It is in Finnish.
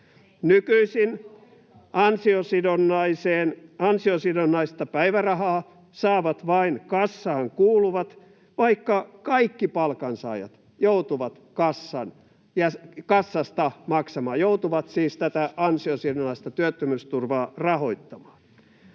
Nykyisin ansiosidonnaista päivärahaa saavat vain kassaan kuuluvat, vaikka kaikki palkansaajat joutuvat kassasta maksamaan eli joutuvat ansiosidonnaista työttömyysturvaa rahoittamaan.